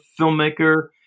filmmaker